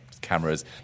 cameras